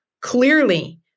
clearly